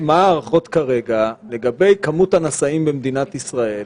ההערכות כרגע לגבי כמות הנשאים במדינת ישראל